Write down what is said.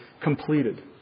completed